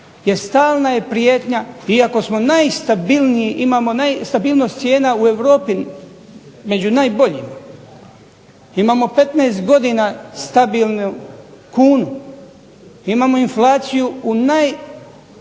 stalna je prijetnja, iako smo najstabilniji, imamo stabilnost cijena u Europi među najboljima, imamo 15 godina stabilnu kunu, imamo inflaciju u najoptimalnijim